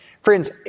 Friends